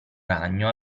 ragno